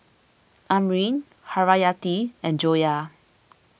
Amrin Haryati and Joyah